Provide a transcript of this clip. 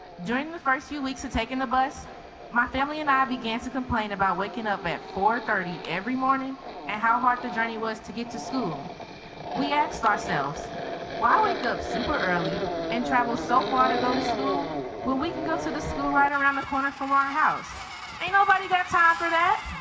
during the first few weeks of taking the bus my family and i began to complain about waking up at four thirty every morning and how hard the journey was to get to school we asked ourselves why wake up super early and travel so far to go to school when we can go to the school right around the corner from our house ain't nobody got time for that